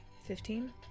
Fifteen